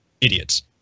idiots